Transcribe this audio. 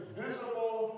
visible